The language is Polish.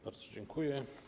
Bardzo dziękuję.